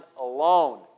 alone